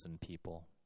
people